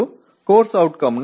வை நன்றாக எழுதலாம்